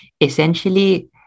Essentially